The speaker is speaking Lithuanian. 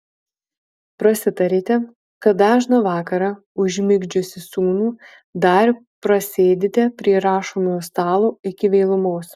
prasitarėte kad dažną vakarą užmigdžiusi sūnų dar prasėdite prie rašomojo stalo iki vėlumos